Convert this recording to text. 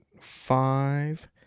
five